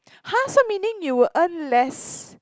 !huh! so meaning you will earn less